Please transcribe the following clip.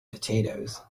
potatoes